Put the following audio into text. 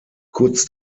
kurz